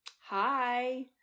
Hi